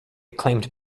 acclaimed